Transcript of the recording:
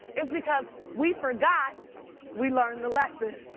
it's because we forgot we learned the lesson.